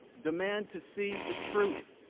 demand to see the truth.